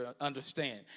understand